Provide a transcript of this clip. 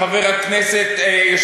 חבר הכנסת אמסלם,